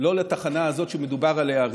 לתחנה שמדובר עליה,